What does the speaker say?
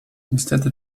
niestety